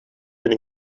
vind